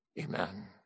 amen